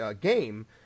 game